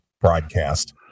broadcast